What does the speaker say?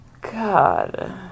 God